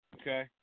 okay